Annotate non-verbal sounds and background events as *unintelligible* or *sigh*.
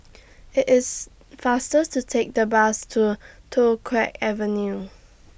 IT IS faster to Take The Bus to Toh *unintelligible* Avenue